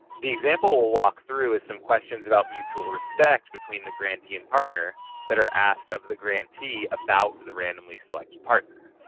the example we'll walk through is some questions about mutual respect between the grantee and partner that are asked of the grantee about the randomly selected partner.